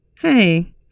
Hey